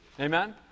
Amen